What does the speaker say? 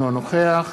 אינו נוכח